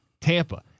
Tampa